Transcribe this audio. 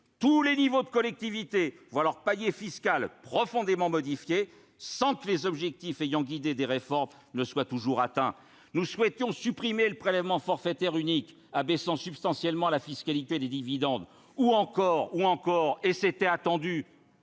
Tous les niveaux de collectivités voient leur panier fiscal profondément modifié », sans que les objectifs ayant présidé aux réformes soient toujours atteints. Nous souhaitions supprimer le prélèvement forfaitaire unique abaissant substantiellement la fiscalité des dividendes, ou encore- c'était attendu